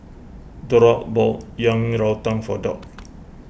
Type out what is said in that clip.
Derald bought Yang Rou Tang for Doc